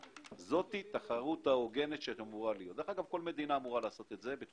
את זה מחוץ לארץ עלולים לפגוע או כרגע פוגעים בשוק